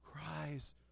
cries